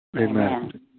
Amen